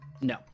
No